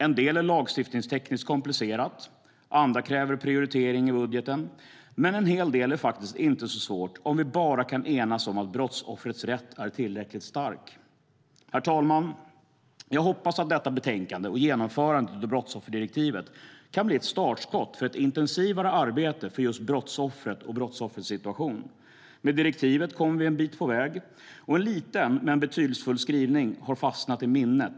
En del är lagstiftningstekniskt komplicerat, annat kräver prioriteringar i budgeten, men en hel del är faktiskt inte så svårt om vi bara kan enas om att brottsoffrets rätt är tillräckligt stark. Herr talman! Jag hoppas att detta betänkande och genomförandet av brottsofferdirektivet kan bli ett startskott för ett intensivare arbete för just brottsoffret och brottsoffrets situation. Med direktivet kommer vi en bit på väg, och en liten men betydelsefull skrivning har fastnat i minnet.